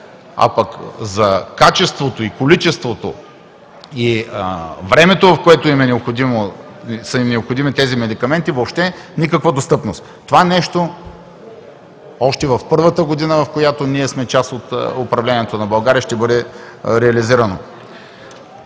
а пък за качеството, количеството и времето, в което са им необходими тези медикаменти, въобще никаква достъпност. Това нещо още в първата година, в която ние сме част от управлението на България, ще бъде реализирано.